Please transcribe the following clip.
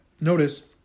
Notice